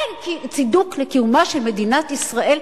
אין צידוק לקיומה של מדינת ישראל,